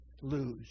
lose